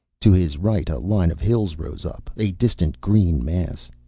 to his right a line of hills rose up, a distant green mass.